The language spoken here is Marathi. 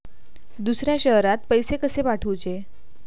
दुसऱ्या शहरात पैसे कसे पाठवूचे?